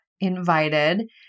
invited